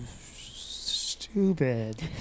stupid